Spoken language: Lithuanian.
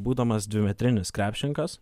būdamas dvimetrinis krepšininkas